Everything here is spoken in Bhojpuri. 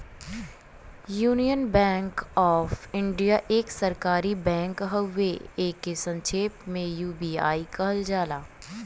यूनियन बैंक ऑफ़ इंडिया एक सरकारी बैंक हउवे एके संक्षेप में यू.बी.आई कहल जाला